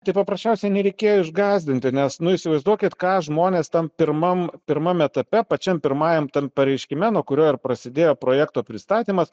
tai paprasčiausiai nereikėjo išgąsdinti nes nu įsivaizduokit ką žmonės tam pirmam pirmam etape pačiam pirmajam tam pareiškime nuo kurio ir prasidėjo projekto pristatymas